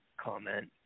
comment